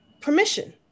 permission